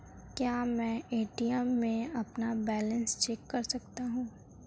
क्या मैं ए.टी.एम में अपना बैलेंस चेक कर सकता हूँ?